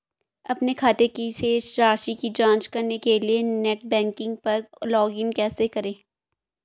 अपने खाते की शेष राशि की जांच करने के लिए नेट बैंकिंग पर लॉगइन कैसे करें?